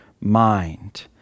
mind